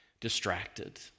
distracted